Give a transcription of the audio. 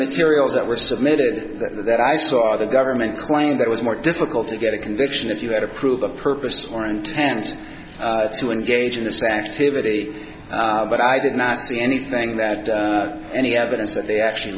materials that were submitted that i saw the government claimed it was more difficult to get a conviction if you had to prove a purpose or intent to engage in this activity but i did not see anything that any evidence that they actually